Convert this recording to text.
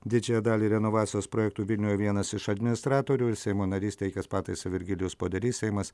didžiąją dalį renovacijos projektų vilniuje vienas iš administratorių ir seimo narys teikias pataisą virgilijus poderys seimas